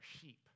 sheep